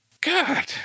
God